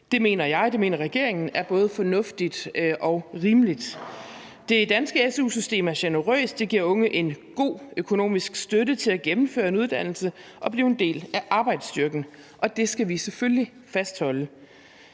Det mener jeg og det mener regeringen er både fornuftigt og rimeligt. Det danske su-system er generøst. Det giver unge en god økonomisk støtte til at gennemføre en uddannelse og blive en del af arbejdsstyrken, og det skal vi selvfølgelig fastholde.